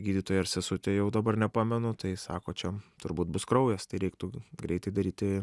gydytojai ar sesutei jau dabar nepamenu tai sako čia turbūt bus kraujas tai reiktų greitai daryti